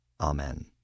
amen